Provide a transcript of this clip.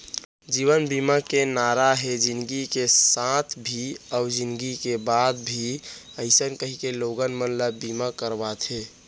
जीवन बीमा के नारा हे जिनगी के साथ भी अउ जिनगी के बाद भी अइसन कहिके लोगन मन ल बीमा करवाथे